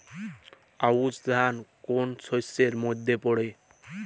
আউশ ধান কোন শস্যের মধ্যে পড়ে?